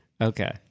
Okay